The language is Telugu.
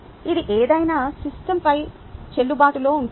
ఇది ఏదైనా సిస్టమ్పై చెల్లుబాటులో ఉంటుంది